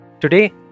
Today